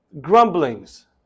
grumblings